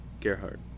Gerhard